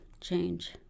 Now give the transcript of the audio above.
change